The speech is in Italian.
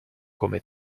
come